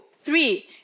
three